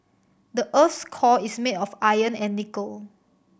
the earth's core is made of iron and nickel